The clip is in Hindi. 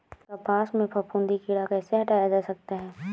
कपास से फफूंदी कीड़ा कैसे हटाया जा सकता है?